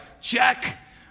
Check